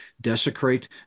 desecrate